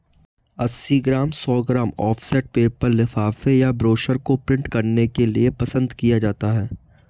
अस्सी ग्राम, सौ gram offset paper लिफाफे या ब्रोशर को प्रिंट करने के लिए पसंद किया जाता है